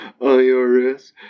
IRS